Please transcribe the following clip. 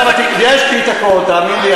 יש לי הכול, תאמין לי.